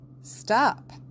stop